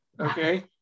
okay